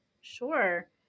Sure